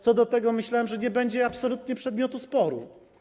Co do tego myślałem, że nie będzie to absolutnie przedmiotem sporu.